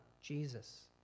Jesus